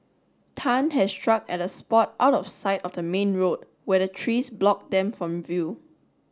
tan had struck at a spot out of sight of the main road where the trees blocked them from view